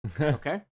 Okay